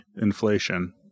inflation